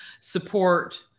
support